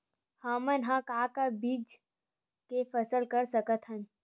हमन ह का का बीज के फसल कर सकत हन?